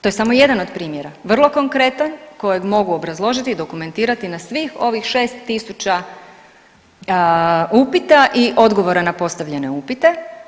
To je samo jedan od primjera, vrlo konkretan kojeg mogu obrazložiti i dokumentirati na svih ovih 6.000 upita i odgovora na postavljene upite.